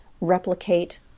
replicate